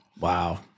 Wow